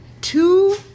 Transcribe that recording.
Two